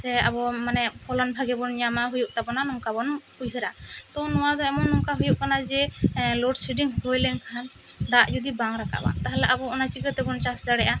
ᱥᱮ ᱟᱵᱚ ᱢᱟᱱᱮ ᱯᱷᱚᱞᱚᱱ ᱵᱷᱟᱹᱜᱤ ᱵᱚᱱ ᱧᱟᱢᱟ ᱦᱩᱭᱩᱜ ᱛᱟᱵᱚᱱᱟ ᱱᱚᱝᱠᱟ ᱵᱚᱱ ᱩᱭᱦᱟᱨᱟ ᱛᱚ ᱱᱚᱣᱟ ᱫᱚ ᱮᱢᱚᱱ ᱱᱚᱝᱠᱟ ᱦᱩᱭᱩᱠ ᱠᱟᱱᱟ ᱡᱮ ᱞᱚᱰᱥᱤᱰᱤᱝ ᱦᱩᱭ ᱞᱮᱱ ᱠᱷᱟᱱ ᱫᱟᱜ ᱡᱩᱫᱤ ᱵᱟᱝ ᱨᱟᱠᱟᱵᱼᱟ ᱛᱟᱦᱚᱞᱮ ᱚᱱᱟ ᱟᱵᱚ ᱚᱱᱟ ᱪᱤᱠᱟ ᱛᱮ ᱵᱚᱱ ᱪᱟᱥ ᱫᱟᱲᱮᱭᱟᱜᱼᱟ